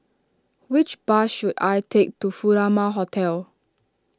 which bus should I take to Furama Hotel